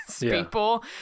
people